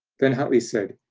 then huntley said,